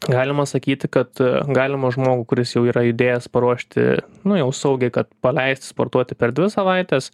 galima sakyti kad galima žmogų kuris jau yra įdėjęs paruošti nu jau saugiai kad paleisti sportuoti per dvi savaites